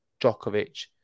Djokovic